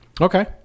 Okay